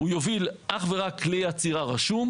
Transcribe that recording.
הוא יוביל אך ורק כלי אצירה רשום.